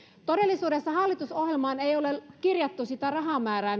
todellisuudessa hallitusohjelmaan ei ole kirjattu sitä rahamäärää